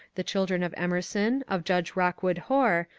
the children of emerson, of judge rockwood hoar,